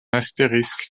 astérisque